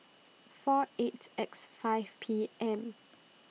four eight X five P M